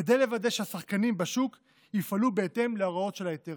כדי לוודא שהשחקנים בשוק יפעלו בהתאם להוראות של ההיתרים.